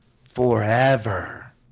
forever